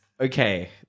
Okay